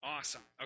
Awesome